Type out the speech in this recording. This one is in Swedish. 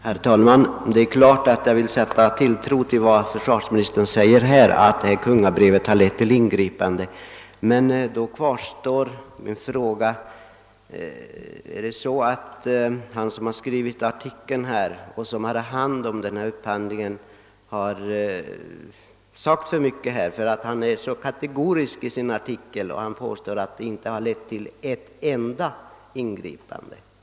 Herr talman! Det är klart att jag tror försvarsministern när han här säger att kungabrevet har lett till ingripande, men då kvarstår min fråga: Har den som handhar upphandlingen och står som artikelförfattare sagt för mycket? Artikeln är kategoriskt avfattad och författaren påstår att inte ett enda ingripande företagits.